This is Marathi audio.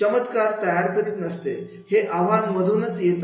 चमत्कारतयार करीत नसतेहे आव्हान मधूनच येत असतं